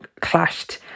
clashed